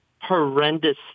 horrendous